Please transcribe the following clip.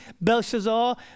Belshazzar